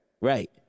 Right